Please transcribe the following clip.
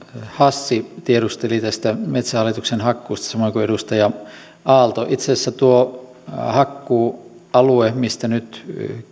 hassi tiedusteli metsähallituksen hakkuista samoin kuin edustaja aalto itse asiassa tuolla hakkuualueella mistä nyt